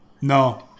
No